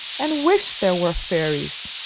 and wish there were fairies!